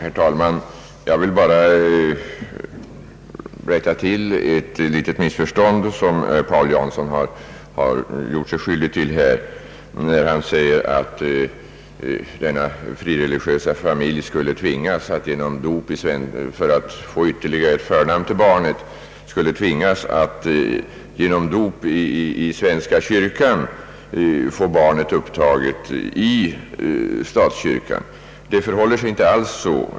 Herr talman! Jag vill bara rätta till ett litet missförstånd som herr Paul Jansson gjorde sig skyldig till när han sade att denna frireligiösa familj för att kunna ge barnet ytterligare ett förnamn skulle tvingas att genom dop i svenska kyrkan få barnet upptaget i statskyrkan. Det förhåller sig inte alls så.